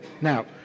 Now